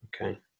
Okay